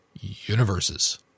universes